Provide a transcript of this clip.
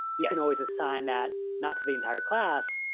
you can always assign that not to the entire class,